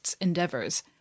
endeavors